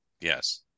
Yes